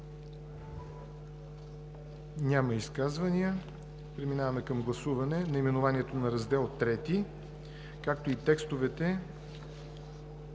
Няма изказвания. Преминаваме към гласуване – наименованието на Раздел III, както и текстовете